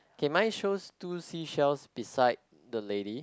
kay mine shows two seashells beside the lady